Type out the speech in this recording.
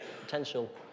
potential